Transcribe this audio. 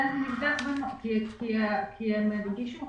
כי הם הגישו